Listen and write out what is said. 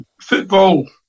football